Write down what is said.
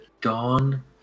Dawn